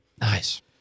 Nice